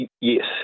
Yes